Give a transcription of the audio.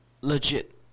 legit